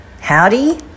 Howdy